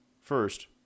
First